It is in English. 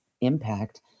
impact